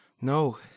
No